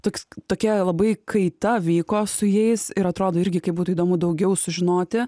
toks tokia labai kaita vyko su jais ir atrodo irgi kaip būtų įdomu daugiau sužinoti